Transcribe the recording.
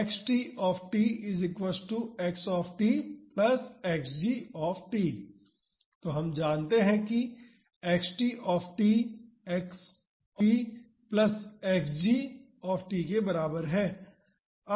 तो हम जानते हैं कि Xt X प्लस Xg के बराबर है